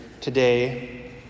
today